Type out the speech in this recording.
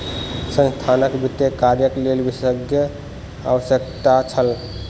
संस्थानक वित्तीय कार्यक लेल विशेषज्ञक आवश्यकता छल